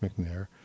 McNair